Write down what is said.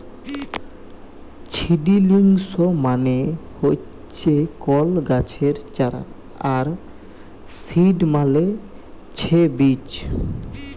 seedlings মানে হচ্যে কল গাছের চারা আর সিড মালে ছে বীজ